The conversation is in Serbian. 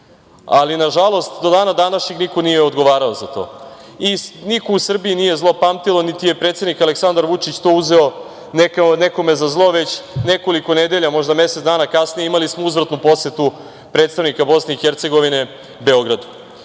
ali nažalost do dana današnjeg niko nije odgovarao za to. Niko u Srbiji nije zlopamtilo, niti je predsednik Aleksandar Vučić to uzeo nekome za zlo, već nekoliko nedelja, možda mesec dana kasnije imali smo uzvratnu posetu predstavnika BiH Beogradu. Kada